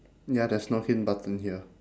ya there's no hint button here